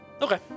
Okay